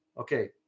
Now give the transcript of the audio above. okay